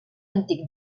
antic